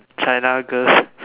China girls